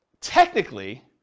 technically